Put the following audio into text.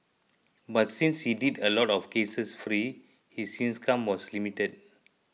but since he did a lot of cases free his income was limited